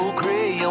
gray